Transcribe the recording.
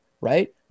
right